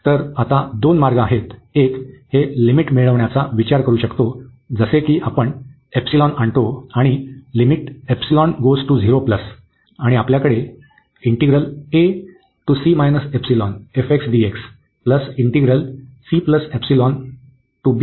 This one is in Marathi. तर आता दोन मार्ग आहेत एक हे लिमिट मिळविण्याचा विचार करू शकतो जसे की आपण एपसिलॉन आणतो आणि आणि आपल्याकडे आहे